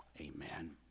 amen